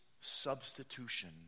substitution